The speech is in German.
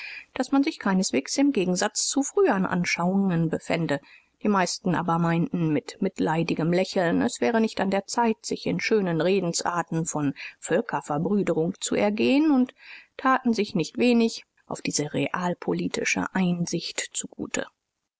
daß man sich keineswegs im gegensatz zu frühern anschauungen befände die meisten aber meinten mit mitleidigem lächeln es wäre nicht an der zeit sich in schönen redensarten von völkerverbrüderung zu ergehen u taten sich nicht wenig auf diese realpolitische einsicht zu